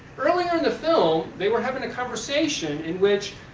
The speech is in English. earlier in the film, they were having a conversation in which